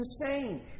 insane